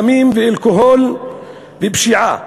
סמים ואלכוהול ופשיעה.